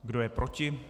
Kdo je proti?